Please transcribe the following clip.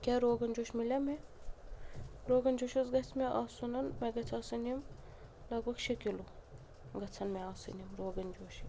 کیٛاہ روغَن جوش میلیٛاہ مےٚ روغَن جوش حظ گَژھہِ مےٚ آسُن مےٚ گَژھہِ آسٕنۍ یِم لگ بھگ شےٚ کِلوٗ گَژھیٚن مےٚ آسٕنۍ یِم روغَن جوشِکۍ